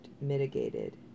mitigated